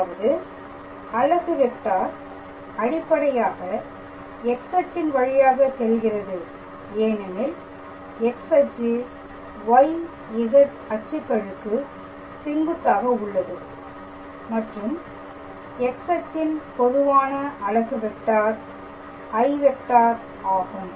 அதாவது அலகு வெக்டார் அடிப்படையாக X அச்சின் வழியாக செல்கிறது ஏனெனில் X அச்சு YZ அச்சுகளுக்கு செங்குத்தாக உள்ளது மற்றும் X அச்சின் பொதுவான அலகு வெக்டார் i ஆகும்